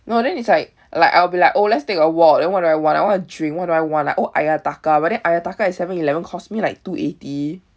no then it's like like I'll be like oh let's take a walk then what do I want I want a drink what do I want oh Ayataka but then Ayataka in seven eleven costs me like two eighty